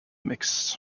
mix